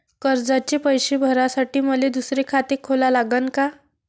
कर्जाचे पैसे भरासाठी मले दुसरे खाते खोला लागन का?